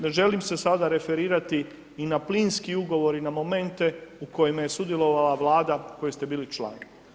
Ne, ne želim se sada referirati i na plinski ugovor i na momente u kojima je sudjelovala vlada u kojoj ste bili član.